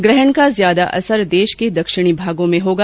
ग्रहण का ज्यादा असर देश के दक्षिणी भागों में रहेगा